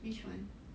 which one